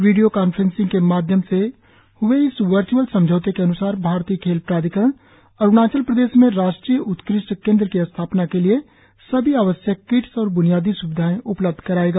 वीडियों conferencing के माध्य्म से हुए इस वर्चुअल समझौते के अनुसार भारतीय खेल प्राधिकरण अरुणाचल प्रदेश में राष्ट्रीय उत्कृष्ट केंद्र की स्थापना के लिए सभी आवश्यक किट्स और बुनियादी सुविधाएं उपलब्ध करायेगा